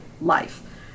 life